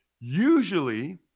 Usually